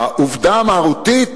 העובדה המהותית